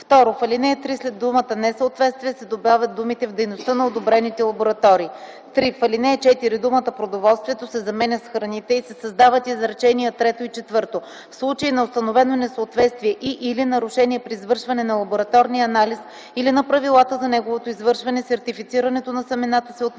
2. В ал. 3 след думата „несъответствия” се добавят думите „в дейността на одобрените лаборатории”. 3. В ал. 4 думата „продоволствието” се заменя с „храните” и се създават изречения трето и четвърто: „В случаи на установено несъответствие и/или нарушение при извършване на лабораторния анализ или на правилата за неговото извършване, сертифицирането на семената се отменя.